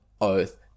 oath